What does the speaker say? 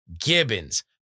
Gibbons